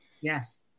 Yes